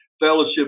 fellowship